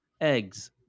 eggs